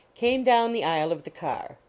came down the aisle of the car.